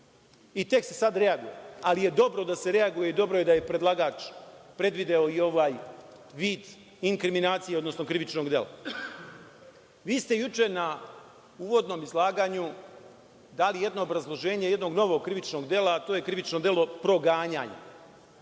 i tek se sada reaguje. Ali, dobro je da se reaguje i dobro je da je predlagač predvideo i ovaj vid inkriminacije, odnosno krivičnog dela. Vi ste juče na uvodnom izlaganju dali jedno obrazloženje jednog novog krivičnog dela, a to je krivično delo proganjanja.